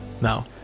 now